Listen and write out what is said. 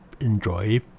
enjoy